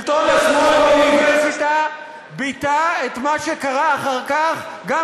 שלטון השמאל באוניברסיטה ביטא את מה שקרה אחר כך גם